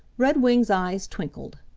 redwing's eyes twinkled.